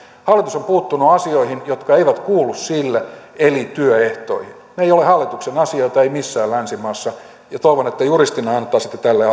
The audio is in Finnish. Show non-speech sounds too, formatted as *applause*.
hallitus on puuttunut asioihin jotka eivät kuulu sille eli työehtoihin ne eivät ole hallituksen asioita eivät missään länsimaassa ja toivon että te juristina antaisitte tälle *unintelligible*